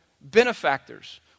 benefactors